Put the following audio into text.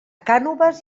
cànoves